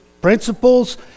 principles